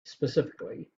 specifically